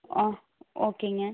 ஆ ஓகேங்க